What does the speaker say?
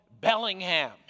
Bellingham